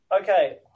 Okay